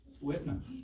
witness